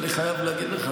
אני חייב להגיד לך,